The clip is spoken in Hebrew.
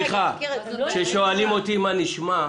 להגיד --- כששואלים אותי מה נשמע?